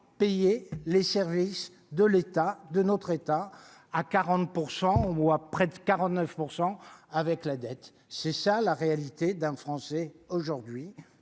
payer les services de l'État de notre État, à 40 % au mois près de 49 % avec la dette, c'est ça la réalité d'un Français aujourd'hui